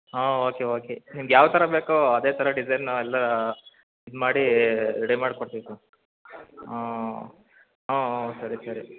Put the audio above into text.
ಹಾಂ okay okay ನಿಮ್ಗೆ ಯಾವ್ಥರ ಬೇಕು ಅದೇ ಥರ ಡಿಸೈನಲ್ಲಿ ಇದು ಮಾಡಿ ರೆಡಿ ಮಾಡಿ ಕೊಡ್ತಿವಿ ಸರ್ ಹಾಂ ಹಾಂ ಸರಿ ಸರಿ